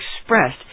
expressed